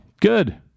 good